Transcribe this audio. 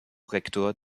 rektor